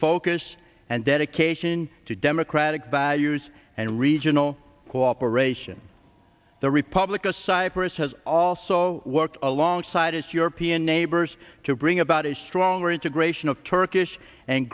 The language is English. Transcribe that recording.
focus and dedication to democratic values and regional cooperation the republic of cyprus has also worked alongside its european neighbors to bring about a stronger integration of turkish and